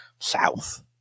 South